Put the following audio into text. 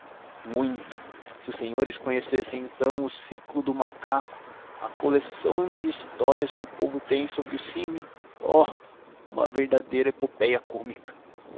muito se os senhores conhecessem então o ciclo do macaco a coleção de histórias que o povo tem sobre o símio oh uma verdadeira epopéia cômica